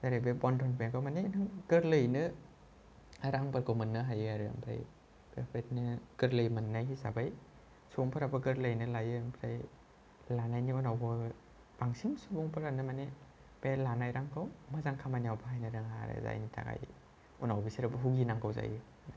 ओरै बे बन्दन बेंकआव मानि नों गोरलैयैनो रांफोरखौ मोन्नो हायो आरो आमफ्राय बेफोरबादिनो गोरलैयै मोन्नाय हिसाबै सुबुंफोराबो गोरलैयैनो लायो ओमफ्राय लानायनि उनावबो आर बांसिन सुबुंफोरानो मानि बे लानाय रांखौ मोजां खामानियाव बाहायनो रोङा आरो जायनि थाखाय उनाव बिसोरो बुगिनांगौ जायो